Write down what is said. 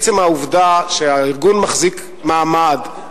עצם העובדה שהארגון מחזיק מעמד,